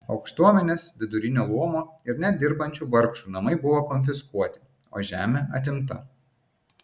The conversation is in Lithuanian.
aukštuomenės vidurinio luomo ir net dirbančių vargšų namai buvo konfiskuoti o žemė atimta